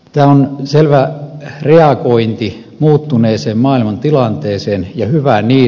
tämä on selvä reagointi muuttuneeseen maailmantilanteeseen ja hyvä niin